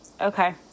Okay